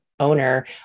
owner